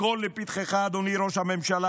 הכול לפתחך, אדוני ראש הממשלה.